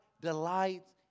delights